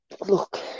look